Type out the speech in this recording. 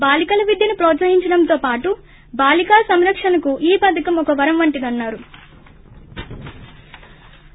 బాలికల విద్యను ప్రోత్సహించడంతో పాటు బాలికా సంరక్షణకు ఈ పథకం ఒక వరం వంటిదన్నారు